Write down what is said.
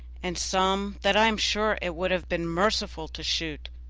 and some that i am sure it would have been merciful to shoot.